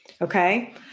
Okay